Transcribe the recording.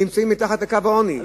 נמצאות מתחת לקו העוני.